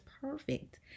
perfect